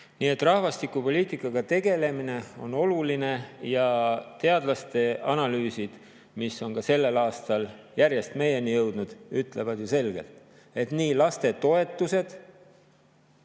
Nii et rahvastikupoliitikaga tegelemine on oluline. Teadlaste analüüsid, mis on ka sellel aastal järjest meieni jõudnud, ütlevad selgelt, et nii lastetoetused